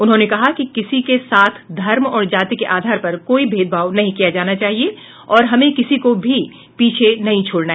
उन्होंने कहा कि किसी के साथ धर्म और जाति के आधार पर कोई भेदभाव नहीं किया जाना चाहिए और हमें किसी को भी पीछे नहीं छोड़ना